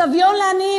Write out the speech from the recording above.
סביון לעניים.